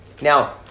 Now